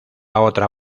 otra